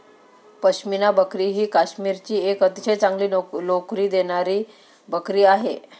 पश्मिना बकरी ही काश्मीरची एक अतिशय चांगली लोकरी देणारी बकरी आहे